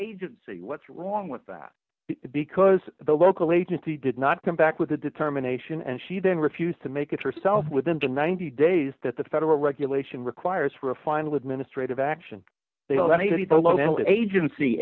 agency what's wrong with that because the local agency did not come back with the determination and she then refused to make it herself within the ninety days that the federal regulation requires for a final administrative action the